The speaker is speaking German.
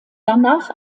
danach